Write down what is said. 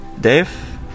Dave